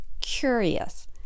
curious